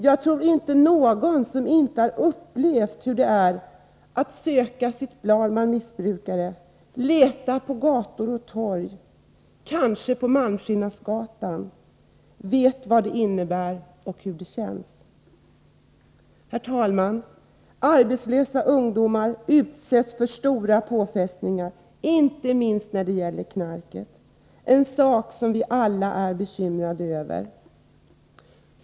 Jag tror inte att någon som inte har upplevt hur det är att söka sitt barn bland missbrukare, leta på gator och torg, kanske på Malmskillnadsgatan, vet vad det innebär och hur det känns. Herr talman! Arbetslösa ungdomar utsätts för stora påfrestningar, inte minst när det gäller knarket — något som vi alla är bekymrade över.